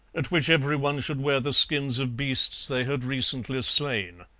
at which every one should wear the skins of beasts they had recently slain.